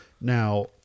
Now